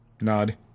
Nod